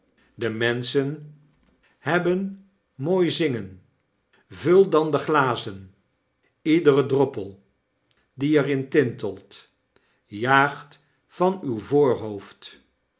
de menschen hebben mooi zingen vul dan de glazen iedere droppel die er in tintelt jaagt van uwvoorhoofd